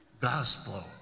gospel